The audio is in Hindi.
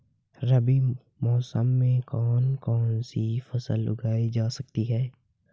रबी मौसम में कौन कौनसी फसल उगाई जा सकती है?